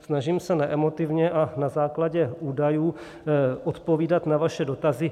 Snažím se neemotivně a na základě údajů odpovídat na vaše dotazy.